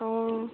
অঁ